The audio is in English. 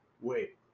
Wait